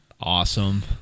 Awesome